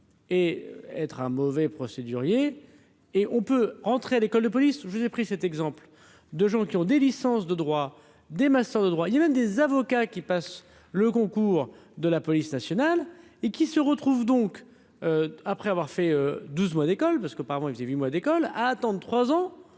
et être un mauvais procédurier. Et on peut entrer à l'école de police, je les ai pris cet exemple de gens qui ont des licences de droit des master de droit il y a même des avocats qui passe le Goncourt de la police nationale et qui se retrouve donc après avoir fait 12 mois d'école parce que par moments, il faisait mois d'école à attendent 3 ans